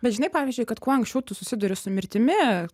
bet žinai pavyzdžiui kad kuo anksčiau tu susiduri su mirtimi